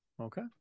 Okay